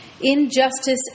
Injustice